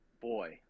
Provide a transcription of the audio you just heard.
boy